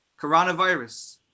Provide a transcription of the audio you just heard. coronavirus